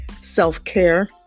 self-care